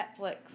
Netflix